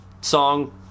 song